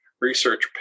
research